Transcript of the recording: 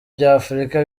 by’afurika